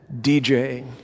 DJing